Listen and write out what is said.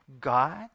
God